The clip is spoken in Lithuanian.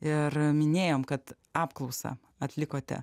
ir minėjom kad apklausą atlikote